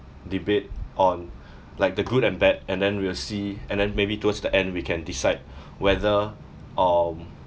debate on like the good and bad and then we'll see and then maybe towards the end we can decide whether um